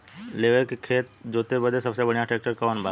लेव के खेत जोते बदे सबसे बढ़ियां ट्रैक्टर कवन बा?